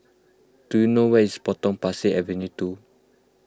do you know where is Potong Pasir Avenue two